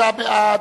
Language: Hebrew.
46 בעד,